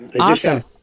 Awesome